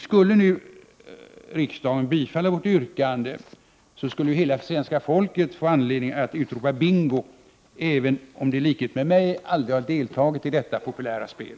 Skulle riksdagen nu bifalla vårt yrkande, skulle hela svenska folket få anledning att utropa bingo, även om en del, i likhet med mig, aldrig deltagit i detta populära spel.